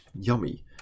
yummy